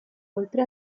oltre